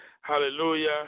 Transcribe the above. hallelujah